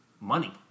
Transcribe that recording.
Money